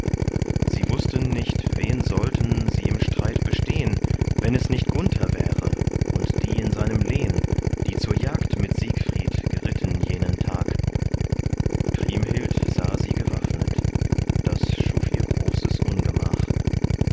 sie wußten nicht wen sollten sie im streit bestehn wenn es nicht gunther wäre und die in seinem lehn die zur jagd mit siegfried geritten jenen tag kriemhild sah sie gewaffnet das schuf ihr großes ungemach